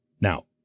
Now